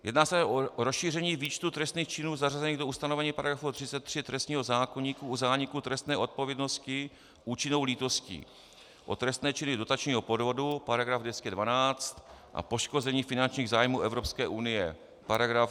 Jedná se o rozšíření výčtu trestných činů zařazených do ustanovení § 33 trestního zákoníku u zániku trestné odpovědnosti účinnou lítostí, o trestné činy dotačního podvodu § 212 a poškození finančních zájmů Evropské unie § 260.